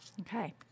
Okay